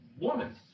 woman